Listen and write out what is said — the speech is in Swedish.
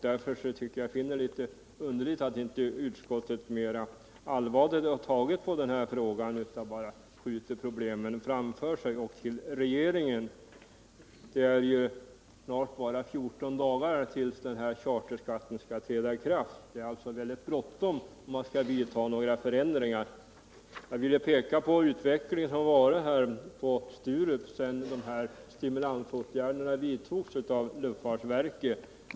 Därför finner jag det litet underligt att inte utskottet har tagit mera allvarligt på den här frågan utan bara skjuter problemen framför sig och till regeringen. Det är ju snart bara 14 dagar tills charterskatten skall träda i kraft — det är alltså mycket bråttom om man skall vidta. några förändringar. Jag ville peka på utvecklingen på Sturup sedan dessa stimulansåtgärder vidtogs av luftfartsverket.